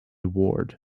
ward